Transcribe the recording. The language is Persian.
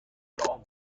عام